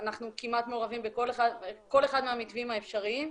אנחנו כמעט מעורבים בכל אחד מהמתווים האפשריים.